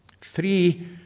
Three